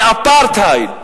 מאפרטהייד.